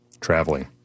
traveling